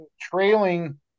trailing